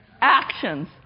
Actions